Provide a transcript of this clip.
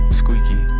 squeaky